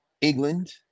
England